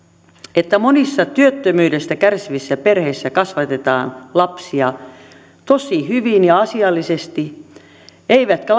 että monissa työttömyydestä kärsivissä perheissä kasvatetaan lapsia tosi hyvin ja asiallisesti eivätkä